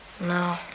No